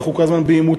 אנחנו כל הזמן בעימותים,